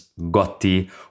Gotti